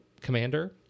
commander